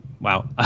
Wow